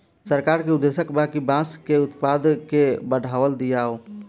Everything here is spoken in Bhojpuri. सरकार के उद्देश्य बा कि बांस के उत्पाद के बढ़ावा दियाव